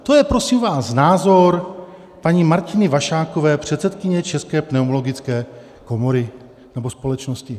To je prosím vás názor paní Martiny Vašákové, předsedkyně České pneumologické komory nebo společnosti.